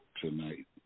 tonight